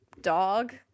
dog